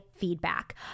feedback